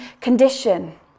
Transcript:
condition